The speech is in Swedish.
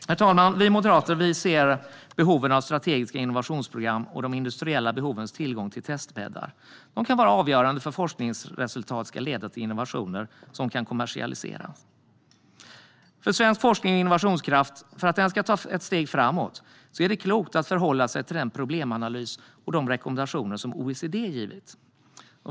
Herr talman! Vi moderater ser behoven av strategiska innovationsprogram och de industriella behovens tillgång till testbäddar. Dessa kan vara avgörande för att forskningsresultat ska leda till innovationer som kan kommersialiseras. För att svensk forskning och innovationskraft ska ta ett steg framåt är det klokt att förhålla sig till den problemanalys och de rekommendationer som OECD har givit.